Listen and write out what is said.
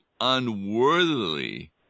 unworthily